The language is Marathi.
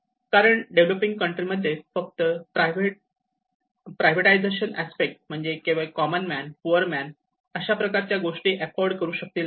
कारण डेव्हलपिंग कंट्री मध्ये फक्त प्रायव्हेट डायजेशन अस्पेक्ट म्हणजे केवळ कॉमन मॅन पुअर मॅन अशा प्रकारच्या गोष्टी अफोर्डे करू शकतील काय